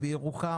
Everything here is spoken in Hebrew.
בירוחם,